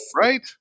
Right